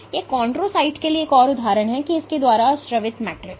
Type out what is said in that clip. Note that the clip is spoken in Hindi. यह कौनड्रोसाइट के लिए एक और उदाहरण है और इसके द्वारा स्रावित मैट्रिक्स